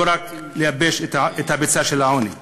לא רק, לייבש את הביצה של העוני.